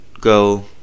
go